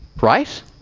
Right